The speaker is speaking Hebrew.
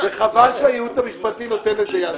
וחבל שהייעוץ המשפטי נותן לזה יד.